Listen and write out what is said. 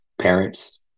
parents